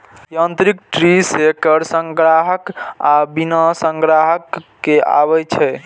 यांत्रिक tree shaker संग्राहक आ बिना संग्राहक के आबै छै